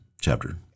chapter